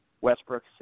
Westbrook